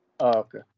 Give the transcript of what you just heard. Okay